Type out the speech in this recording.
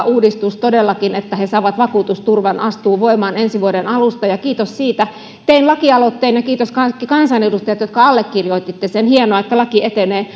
uudistus todellakin se että he saavat vakuutusturvan astuu voimaan ensi vuoden alusta ja kiitos siitä tein lakialoitteen ja kiitos kaikki kansanedustajat jotka allekirjoititte sen hienoa että laki etenee